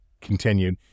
continued